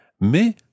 mais